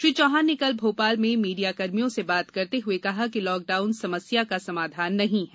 श्री चौहान ने कल भोपाल में मीडियाकर्मियों से बात करते हुए कहा कि लॉकडाउन समस्या का समाधान नहीं है